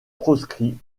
proscrit